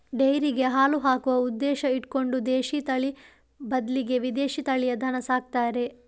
ಡೈರಿಗೆ ಹಾಲು ಹಾಕುವ ಉದ್ದೇಶ ಇಟ್ಕೊಂಡು ದೇಶೀ ತಳಿ ಬದ್ಲಿಗೆ ವಿದೇಶೀ ತಳಿಯ ದನ ಸಾಕ್ತಾರೆ